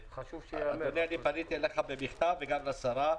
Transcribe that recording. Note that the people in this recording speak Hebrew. אדוני, פניתי אליך במכתב וגם לשרה.